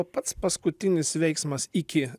o pats paskutinis veiksmas iki